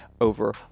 over